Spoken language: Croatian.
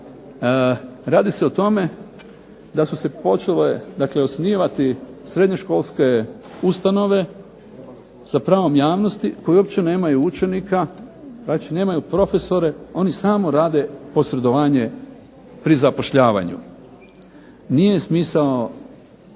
radi se o tome da su se počele osnivati srednjoškolske ustanove sa pravom javnosti koji uopće nemaju učenika, praktički nemaju profesore, oni samo rade posredovanje pri zapošljavanju. Nije smisao